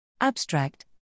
Abstract